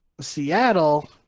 seattle